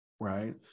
right